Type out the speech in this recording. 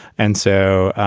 and so,